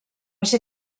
ser